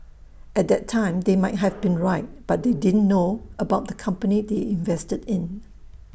at that time they might have been right but they didn't know about the company they invested in